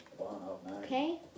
Okay